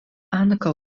ankaŭ